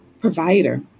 provider